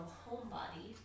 homebody